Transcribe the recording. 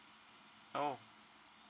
oh